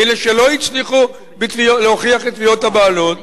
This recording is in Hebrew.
אלה שלא הצליחו להוכיח את תביעות הבעלות,